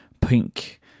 pink